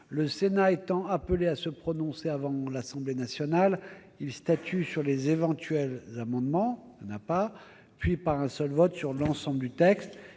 le Sénat étant appelé à se prononcer avant l'Assemblée nationale, il statue sur les éventuels amendements puis, par un seul vote, sur l'ensemble du texte.